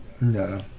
No